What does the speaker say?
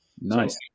Nice